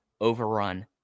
overrun